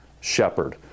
shepherd